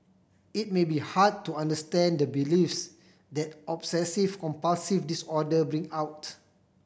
it may be hard to understand the beliefs that obsessive compulsive disorder bring out